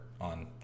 on